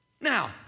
now